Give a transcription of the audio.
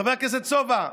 חבר הכנסת סובה,